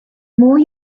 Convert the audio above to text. more